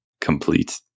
complete